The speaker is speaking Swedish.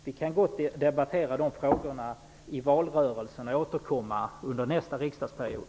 Vi kan gott debattera de frågorna i valrörelsen och återkomma under nästa riksdagsperiod.